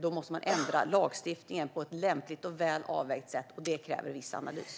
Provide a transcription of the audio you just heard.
Lagstiftningen måste i så fall ändras på ett lämpligt och väl avvägt sätt, och det kräver viss analys.